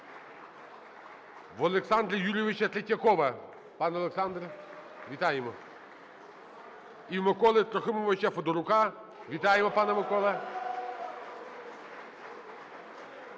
В Олександра Юрійовича Третьякова. Пане Олександр, вітаємо. І у Миколи Трохимовича Федорука. Вітаю, пане Миколо.